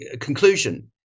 conclusion